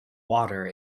water